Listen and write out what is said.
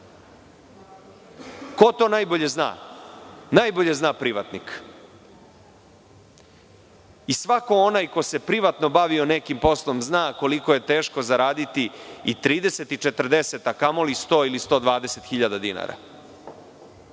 Ko to najbolje zna? Najbolje zna privatnik. I svako onaj ko se privatno bavio nekim poslom zna koliko je teško zaraditi i 30 i 40, a kamoli 100 ili 120 hiljada dinara.